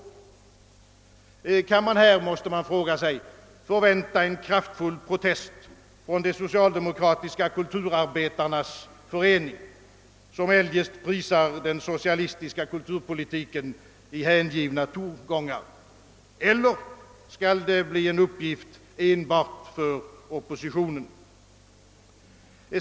Kan man här, måste man fråga sig, förvänta en kraftfull protest från de socialdemokratiska kulturarbetarnas förening som eljest prisar den socialistiska kulturpolitiken i hängivna ordalag? Eller skall det bli en uppgift enbart för oppositionen?